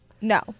no